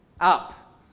Up